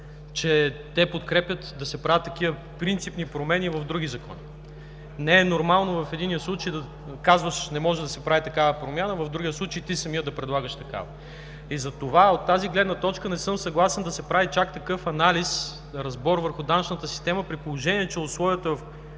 че те подкрепят да се правят такива принципни промени в други закони. Не е нормално в единия случай, че не може да се прави такава промяна, а в другия случай самият ти да предлагаш такава и затова, от тази гледна точка, не съм съгласен да се прави чак такъв анализ, разбор върху данъчната система при положение, че условията, в